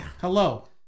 hello